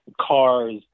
cars